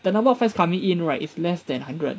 the number of flights coming in right is less than hundred